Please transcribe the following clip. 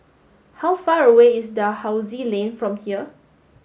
how far away is Dalhousie Lane from here